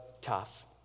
tough